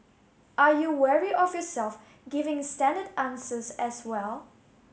are you wary of yourself giving standard answers as well